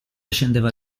scendeva